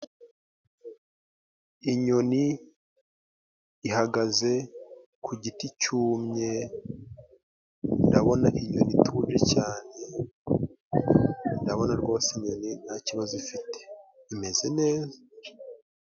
Inyoni ihagaze ku giti cyumye, ndabona inyoni ituje cyane, ndabona rwose inyoni nta kibazo ifite, imeze neza.